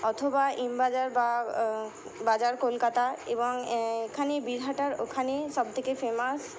অথবা এম বাজার বা বাজার কলকাতা এবং এখানে বীরহাটার ওখানে সবথেকে ফেমাস